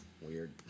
weird